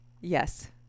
Yes